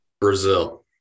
Brazil